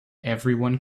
everyone